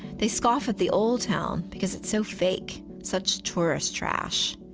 they scoff at the old town because it's so fake, such tourist trash.